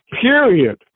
period